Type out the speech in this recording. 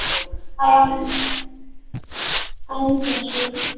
I am I am Jashwin